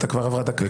כבר עברה דקה,